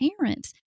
parents